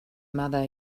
mother